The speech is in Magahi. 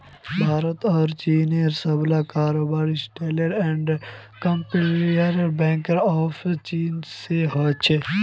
भारत आर चीनेर सबला कारोबार industrial and commercial bank of चीन स हो छेक